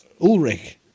Ulrich